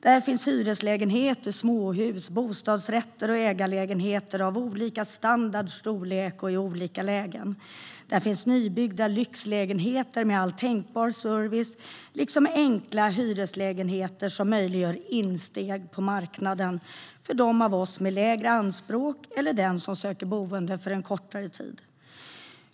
Där finns hyreslägenheter, småhus, bostadsrätter och ägarlägenheter av olika standard och storlek och i olika lägen. Där finns nybyggda lyxlägenheter med all tänkbar service, liksom enkla hyreslägenheter som möjliggör insteg på marknaden för dem av oss med lägre anspråk eller den som söker boende för en kortare tid.